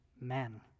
men